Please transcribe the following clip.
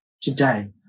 today